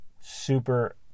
super